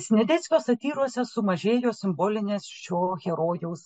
sniadeckio satyrose sumažėjo simbolinės šio herojaus